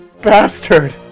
bastard